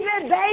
baby